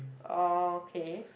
orh K